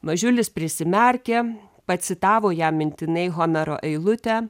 mažiulis prisimerkė pacitavo jam mintinai homero eilutę